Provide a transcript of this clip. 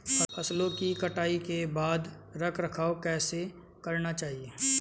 फसलों की कटाई के बाद रख रखाव कैसे करना चाहिये?